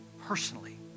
personally